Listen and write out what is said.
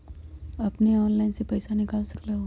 अपने ऑनलाइन से पईसा निकाल सकलहु ह?